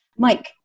Mike